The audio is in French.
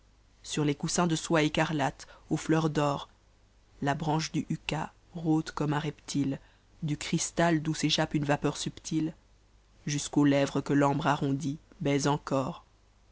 sur les coussins de soie écarlate aux fleurs d'or la branche dn hûka rôde comme un reptile du cristal d'où s'échappe une vapeur subtile jusqu'aux lèvres que l'ambre arrondi baise encor